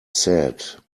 said